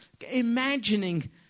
imagining